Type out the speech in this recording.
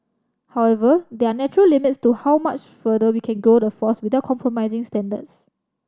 however there are natural limits to how much further we can grow the force without compromising standards